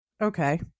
okay